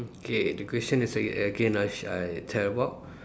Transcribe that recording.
okay the question is again again I sh~ I tell about